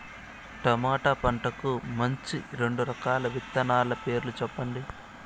tomato పంటకు మంచి రెండు రకాల విత్తనాల పేర్లు సెప్పండి